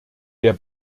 der